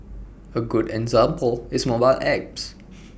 A good example is mobile apps